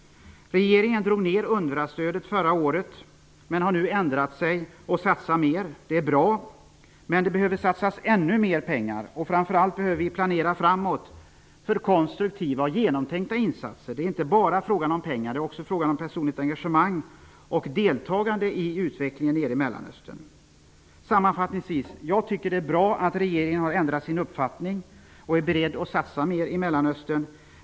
Regeringen drog förra året ner UNRWA-stödet men har nu ändrat sig och satsar mer. Det är bra, men ännu mer pengar behöver satsas. Framför allt behöver vi planera framåt för konstruktiva och genomtänkta insatser. Det är inte bara fråga om pengar. Det är även fråga om ett personligt engagemang och deltagande i utvecklingen i Mellanöstern. Sammanfattningsvis vill jag säga att jag tycker att det är bra att regeringen har ändrat uppfattning och är beredd att satsa mer i Mellanöstern.